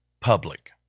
public